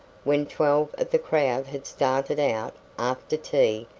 when twelve of the crowd had started out, after tea,